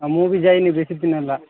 ମୁଁ ବି ଯାଇନି ବେଶି ଦିନି ହେଲା